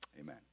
amen